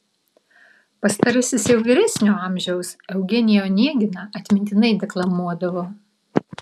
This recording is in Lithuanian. pastarasis jau vyresnio amžiaus eugeniją oneginą atmintinai deklamuodavo